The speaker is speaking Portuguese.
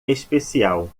especial